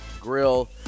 Grill